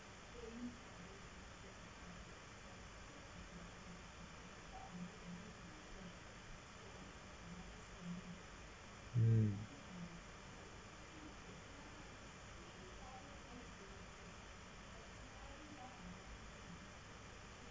hmm